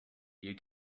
you